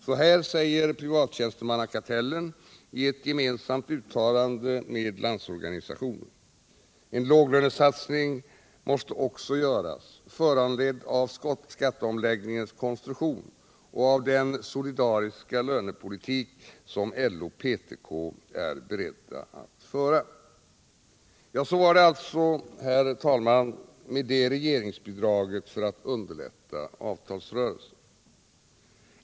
Så här säger Privattjänstemannakartellen i ett uttalande gemensamt med Landsorganisationen: ”En låglönesatsning måste också göras, föranledd av skatteomläggningens konstruktion och av den solidariska lönepolitik som LO/PTK är beredda att föra.” Så var det alltså, herr talman, med det regeringsbidraget för att underlätta avtalsrörelsen!